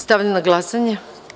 Stavljam na glasanje.